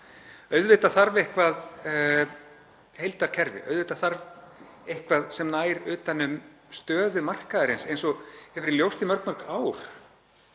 Auðvitað þarf eitthvert heildarkerfi. Auðvitað þarf eitthvað sem nær utan um stöðu markaðarins, eins og hefur verið ljóst í mörg ár